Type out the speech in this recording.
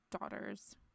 daughter's